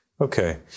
Okay